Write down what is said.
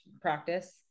practice